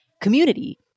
community